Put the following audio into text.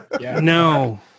no